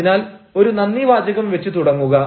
അതിനാൽ ഒരു നന്ദി വാചകം വെച്ച് തുടങ്ങുക